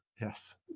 yes